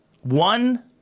One